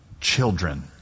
children